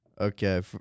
Okay